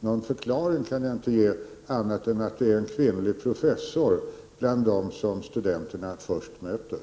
Någon förklaring kan jag inte ge, annat än att det finns en kvinnlig professor bland dem som studenterna först möter.